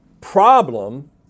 problem